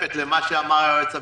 בתוספת למה שאמר היועץ המשפטי.